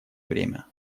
время